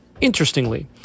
interestingly